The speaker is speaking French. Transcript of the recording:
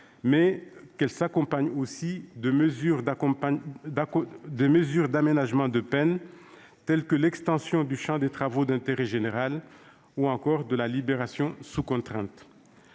construction s'accompagne de mesures d'aménagement de peines, telles que l'extension du champ des travaux d'intérêt général ou encore de la libération sous contrainte.